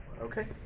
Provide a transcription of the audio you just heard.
Okay